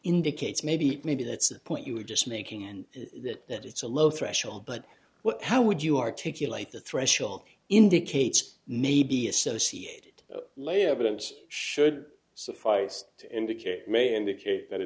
indicates maybe maybe that's the point you were just making and that that it's a low threshold but what how would you articulate the threshold indicates nabi associated lay evidence should suffice to indicate may indicate that a